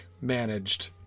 managed